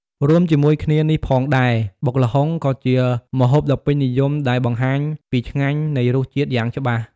រួមជាមួយនេះផងដែរ បុកល្ហុងក៏ជាម្ហូបដ៏ពេញនិយមដែលបង្ហាញពីឆ្ញាញ់នៃរសជាតិយ៉ាងច្បាស់។